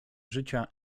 życia